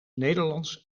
nederlands